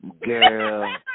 Girl